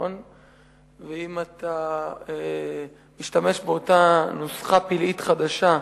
ואם אתה משתמש באותה נוסחה פלאית חדשה,